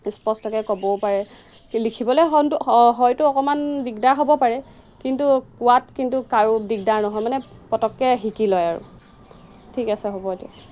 স্পষ্টকৈ ক'বও পাৰে লিখিবলৈ হয়তো হয়তো অকণমান দিগদাৰ হ'ব পাৰে কিন্তু কোৱাত কিন্তু কাৰো দিগদাৰ নহয় মানে পটককৈ শিকি লয় আৰু ঠিক আছে হ'ব দিয়ক